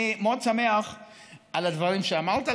אני מאוד שמח על הדברים שאמרת,